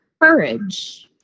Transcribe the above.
courage